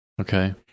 Okay